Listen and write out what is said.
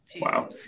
Wow